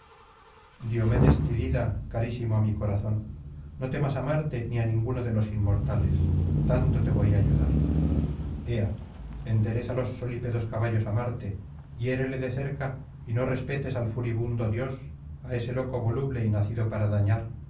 ilíada tidida carísimo á mi corazón no temas á marte ni a ninguno de los inmortales tanto te voy á ayudar ea endereza los solípedos caballos á marte hiérele de cerca y no respetes al furibundo dios á ese loco voluble y nacido para dañar